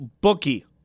bookie